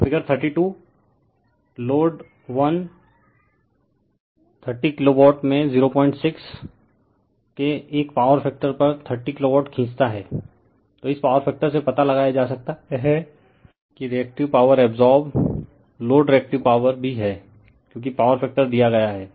तो figure 32 load 1 30KW में 06 के एक पॉवर फैक्टर पर 30KW खींचता है तो इस पावर फैक्टर से पता लगाया जा सकता है कि reactive power absorb load reactive power भी है क्योंकि पॉवर फैक्टर दिया गया है